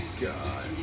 God